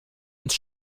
uns